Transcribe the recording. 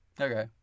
Okay